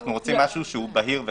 אנחנו רוצים משהו חד-משמעי.